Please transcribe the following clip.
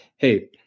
hey